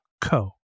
co